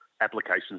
applications